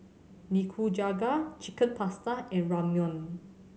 Nikujaga Chicken Pasta and Ramyeon